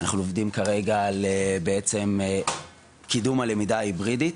אנחנו עובדים כרגע על בעצם קידום הלמידה ההיברידית.